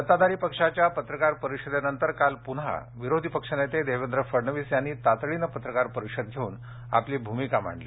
सत्ताधारी पक्षाच्या पत्रकार परिषदे नंतर काल पुन्हा विरोधी पक्ष नेते देवेंद्र फडणवीस यांनी तातडीने पत्रकार परिषद घेऊन आपली भूमिका मांडली